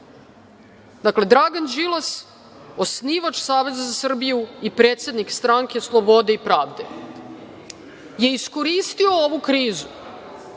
Srbiju. Dakle, Dragan Đilas osnivač Saveza za Srbiju i predsednik Stranke slobode i pravde je iskoristio ovu krizu